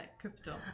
crypto